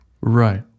Right